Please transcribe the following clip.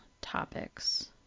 topics